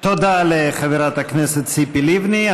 תודה לחברת הכנסת ציפי לבני.